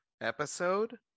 episode